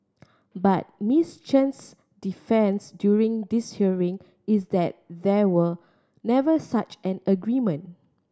but Miss Chan's defence during this hearing is that there were never such an agreement